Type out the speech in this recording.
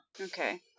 okay